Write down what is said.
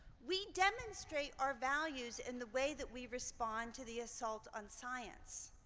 we demonstrate our values in the way that we respond to the assault on science.